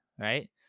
right